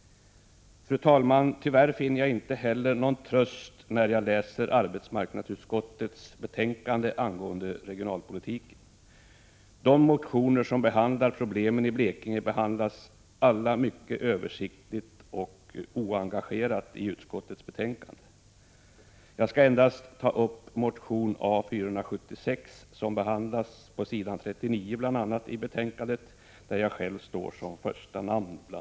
Fru talman! Tyvärr finner jag inte heller någon tröst när jag läser arbetsmarknadsutskottets betänkande angående regionalpolitiken. De motioner som tar upp problemen i Blekinge behandlas alla mycket översiktligt och oengagerat i utskottets betänkande. Jag skall endast ta upp motion A476, som behandlas på s. 39 i betänkandet och där jag själv står som första namn.